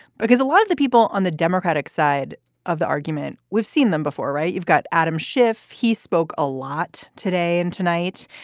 because a lot of the people on the democratic side of the argument. we've seen them before. right. you've got adam schiff. he spoke a lot today and tonight,